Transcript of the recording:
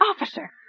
Officer